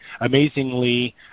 amazingly